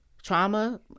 Trauma